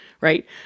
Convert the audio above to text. right